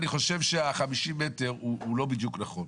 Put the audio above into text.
מ-50 מטר וגם להגדיל מ-30% ל-50%.